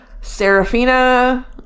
Serafina